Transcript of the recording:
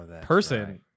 person